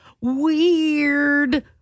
Weird